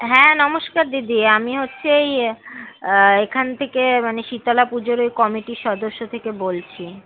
হ্যাঁ নমস্কার দিদি আমি হচ্ছে এই এখান থেকে মানে শীতলা পুজোর ওই কমিটির সদস্য থেকে বলছি